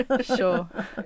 Sure